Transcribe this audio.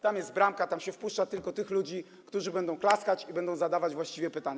Tam jest bramka, tam się wpuszcza tylko tych ludzi, którzy będą klaskać i będą zadawać właściwe pytania.